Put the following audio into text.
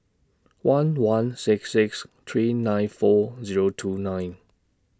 one one six six three nine four Zero two nine